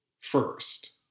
first